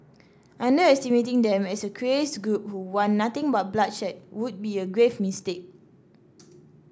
underestimating them as a crazed group who want nothing but bloodshed would be a grave mistake